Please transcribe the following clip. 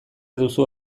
duzu